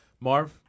Marv